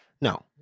No